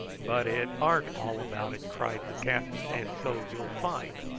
but it arn't all about it, cried the captain and so you'll find.